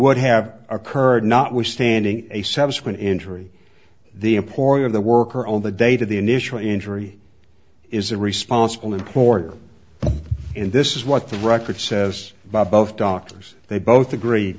would have occurred notwithstanding a subsequent injury the employer the worker on the date of the initial injury is a responsible importer and this is what the record says by both doctors they both agree